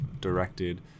directed